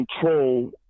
control